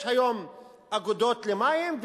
יש היום אגודות מים,